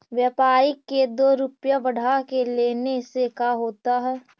व्यापारिक के दो रूपया बढ़ा के लेने से का होता है?